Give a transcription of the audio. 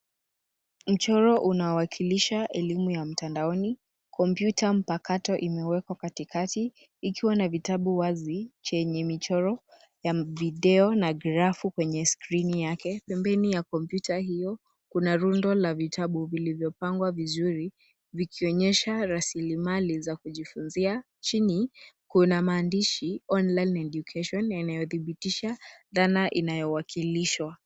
Mchoro unaonyesha elimu ya mtandaoni. Kompyuta imewekwa katikati, ikiwa na vitabu wazi vyenye michoro ya mizunguko na grafu kwenye skrini yake. Pembeni ya kompyuta kuna rundo la vitabu vilivyopangwa vizuri vinavyoonyesha rasilimali za kujisomea. Chini, kuna maandishi yanayosema “online education” yanayothibitisha dhana ya elimu ya mtandaoni.